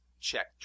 check